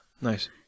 Nice